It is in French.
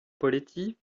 poletti